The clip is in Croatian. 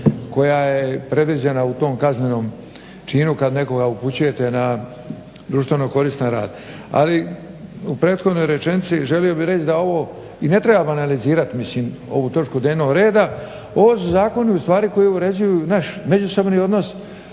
koja je predviđena u tom kaznenom činu kad nekoga upućujete na društveno koristan rad. Ali u prethodnoj rečenici želio bih reći da ovo i ne treba banalizirat, mislim ovu točku dnevnog reda. Ovo su zakoni ustvari koji uređuju naš međusobni odnos